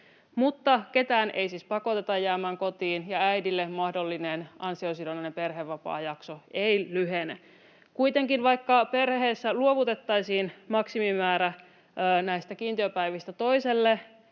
maista. Ketään ei siis pakoteta jäämään kotiin, ja äidille mahdollinen ansiosidonnainen perhevapaajakso ei lyhene. Kuitenkin vaikka perheessä luovutettaisiin maksimimäärä kiintiöpäivistä toiselle,